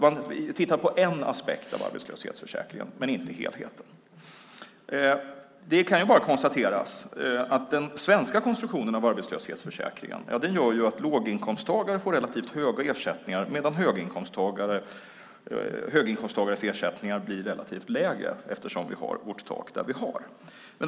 Man tittar på en aspekt av arbetslöshetsförsäkringen men inte helheten. Det kan bara konstateras att den svenska konstruktionen av arbetslöshetsförsäkringen gör att låginkomsttagare får relativt höga ersättningar medan höginkomsttagares ersättningar blir relativt sett lägre eftersom vi har vårt tak där vi har det.